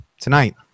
tonight